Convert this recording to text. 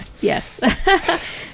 yes